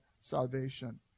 salvation